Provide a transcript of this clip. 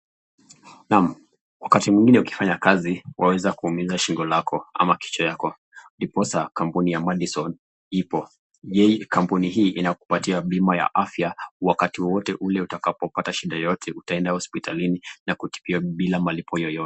Naam, wakati mwingine ukifanya kazi waweza kuumiza shingo lako ama kichwa yako ndiposa kampuni ya Madison ipo. Kampuni hii inakupatia bima ya afya wakati wowote ule utakapo pata shida yoyote utaenda hosiptalini na kutibiwa bila malipo yoyote.